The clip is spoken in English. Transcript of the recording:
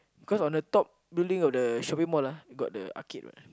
cause on the top building of the shopping mall ah got the arcade [what]